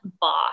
boss